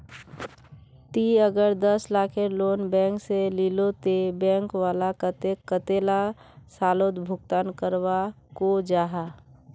ती अगर दस लाखेर लोन बैंक से लिलो ते बैंक वाला कतेक कतेला सालोत भुगतान करवा को जाहा?